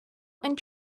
and